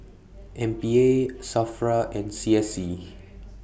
M P A SAFRA and C S C